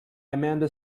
amanda